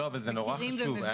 זה חשוב.